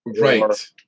Right